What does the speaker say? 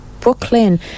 Brooklyn